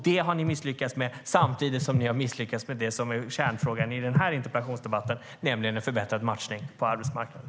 Det har ni misslyckats med, samtidigt som ni har misslyckats med det som är kärnfrågan i den här interpellationsdebatten, nämligen en förbättrad matchning på arbetsmarknaden.